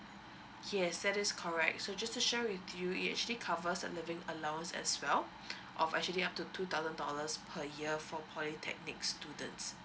yes that is correct so just to share with you it actually covers a living allowance as well of actually up to two thousand dollars per year for polytechnic students